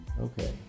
Okay